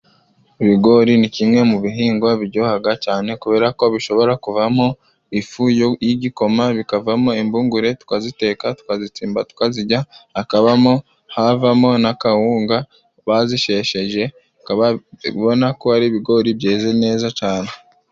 Ibigori ni kimwe mu bihingwa biryoha cyane, kuberako bishobora kuvamo ifu y'igikoma, bikavamo imbungure tukaziteka, tukazitsimba tukazirya, hakaba havamo na kawunga bazishesheje ukaba ubona ko ari ibigori byeze neza cyane.